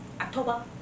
October